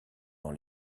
dans